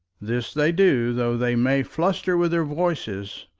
this they do, though they may fluster with their voices,